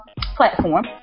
platform